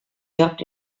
joc